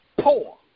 poor